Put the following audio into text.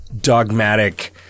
dogmatic